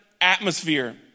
atmosphere